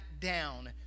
down